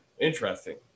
interesting